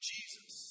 Jesus